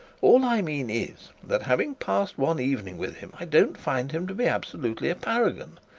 all i mean is, that having passed one evening with him, i don't find him to be absolutely a paragon.